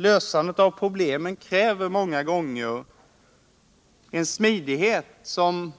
Lösandet av problemen kräver många gånger en smidighet som